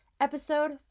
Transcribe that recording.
episode